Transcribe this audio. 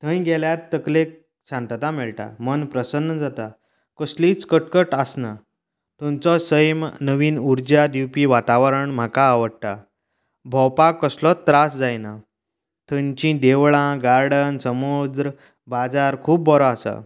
थंय गेल्यार तकलेक शांतता मेळटा मन प्रसन्न जाता कसलीच कटकट आसना थंयचो सैम नवीन उर्जा दिवपी वातावरण म्हाका आवडटा भोंवपाक कसलोच त्रास जायना थंयची देवळां गार्डन समुद्र बाजार खूब बरो आसा